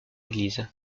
église